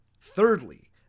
Thirdly